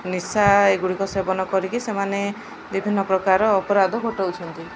ନିଶା ଏଗୁଡ଼ିକ ସେବନ କରିକି ସେମାନେ ବିଭିନ୍ନ ପ୍ରକାର ଅପରାଧ ଘଟୋଉଛନ୍ତି